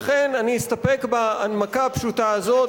לכן אני אסתפק בהנמקה הפשוטה הזאת,